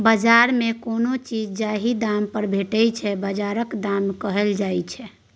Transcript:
बजार मे कोनो चीज जाहि दाम पर भेटै छै बजारक दाम कहल जाइ छै